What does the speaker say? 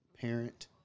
parent